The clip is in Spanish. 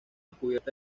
cubierta